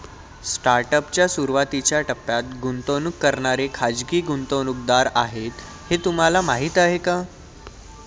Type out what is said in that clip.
Startup च्या सुरुवातीच्या टप्प्यात गुंतवणूक करणारे खाजगी गुंतवणूकदार आहेत हे तुम्हाला माहीत आहे का?